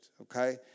Okay